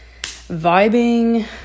vibing